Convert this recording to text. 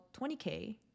20K